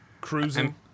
Cruising